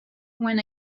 when